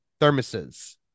thermoses